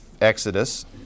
Exodus